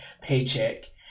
paycheck